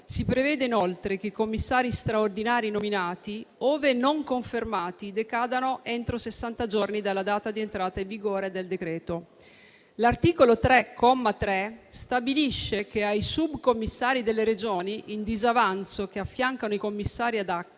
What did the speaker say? Si prevede inoltre che i commissari straordinari nominati, ove non confermati, decadano entro sessanta giorni dalla data di entrata in vigore del decreto. L'articolo 3, comma 3, stabilisce che ai subcomissari delle Regioni in disavanzo che affiancano i commissari *ad acta*